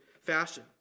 fashion